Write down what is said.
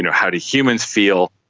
and how do humans feel,